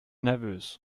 nervös